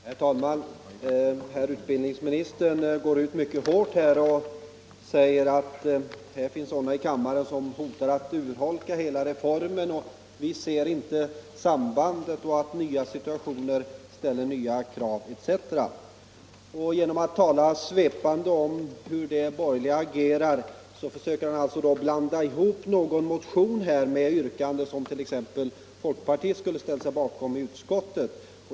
Herr talman! Herr utbildningsministern går ut mycket hårt och säger att det finns ledamöter i kammaren som hotar att urholka hela reformen, sådana som inte ser sambandet, att nya situationer ställer nya krav etc. Genom att tala svepande om hur ”de borgerliga” agerar försöker han t.ex. blanda ihop någon motion med antydan om att folkpartiet skulle ställt sig bakom detta i utskottet.